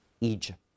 Egypt